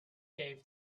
gave